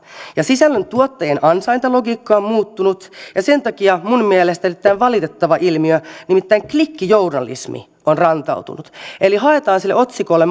ja sisällön tuottajien ansaintalogiikka on on muuttunut ja sen takia tämä minun mielestäni valitettava ilmiö nimittäin klikkijournalismi on rantautunut eli haetaan sille otsikolle